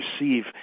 receive